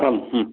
आम्